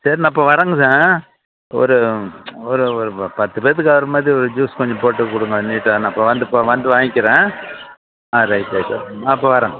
சரி நான் இப்போ வரேனுங்க ஒரு ஒரு பத்து பேத்துக்கு வர மாதிரி ஒரு ஜூஸ் கொஞ்சம் போட்டு கொடுங்க நீட்டாக நான் இப்போ வந்து வந்து வாங்கிறேன் ஆ ரைட் ரைட் ஆ இப்போ வரேன்